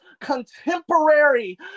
contemporary